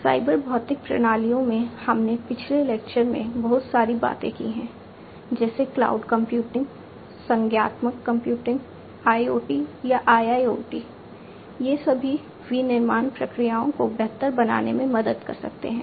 cyber भौतिक प्रणालियों में हमने पिछले लेक्चर में बहुत सारी बातें की हैं जैसे क्लाउड कंप्यूटिंग संज्ञानात्मक कंप्यूटिंग IoT या IIoT ये सभी विनिर्माण प्रक्रियाओं को बेहतर बनाने में मदद कर सकते हैं